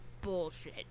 bullshit